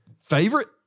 favorite